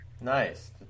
Nice